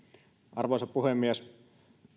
arvoisa puhemies